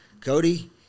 Cody